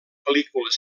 pel·lícules